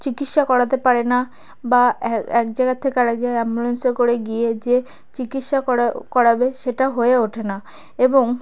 চিকিৎসা করাতে পারে না বা এক জায়গার থেকে আরেক জায়গা অ্যাম্বুলেন্সে করে গিয়ে যে চিকিৎসা করা করাবে সেটা হয়ে ওঠে না এবং